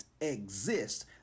exist